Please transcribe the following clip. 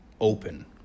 open